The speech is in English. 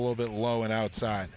a little bit low and outside